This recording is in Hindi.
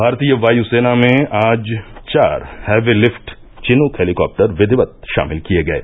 भारतीय वायुसेना में आज चार हैवीलिफ्ट चिन्क हैलीकॉप्टर विधिवत शामिल किये गये